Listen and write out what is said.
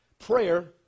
Prayer